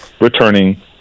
returning